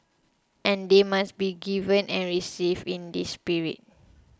and they must be given and received in this spirit